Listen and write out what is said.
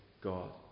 God